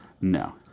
No